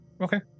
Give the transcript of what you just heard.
Okay